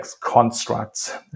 constructs